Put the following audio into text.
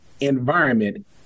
environment